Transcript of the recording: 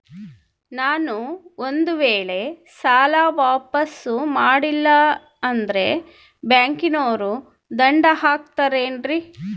ನಾನು ಒಂದು ವೇಳೆ ಸಾಲ ವಾಪಾಸ್ಸು ಮಾಡಲಿಲ್ಲಂದ್ರೆ ಬ್ಯಾಂಕನೋರು ದಂಡ ಹಾಕತ್ತಾರೇನ್ರಿ?